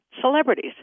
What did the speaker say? celebrities